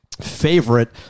favorite